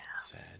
Sad